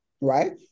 right